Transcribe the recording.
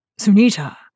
Sunita